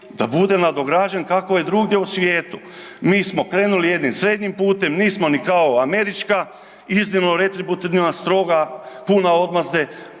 da bude nadograđen kako je drugdje u svijetu. Mi smo krenuli jednim srednjim putem, nismo ni kao američka, iznimno .../Govornik se ne razumije./... stroga, puna odmazde,